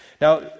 Now